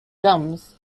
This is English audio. gums